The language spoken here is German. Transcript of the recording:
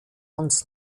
uns